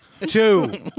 two